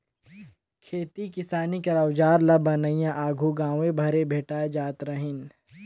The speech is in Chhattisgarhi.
खेती किसानी कर अउजार ल बनोइया आघु गाँवे घरे भेटाए जात रहिन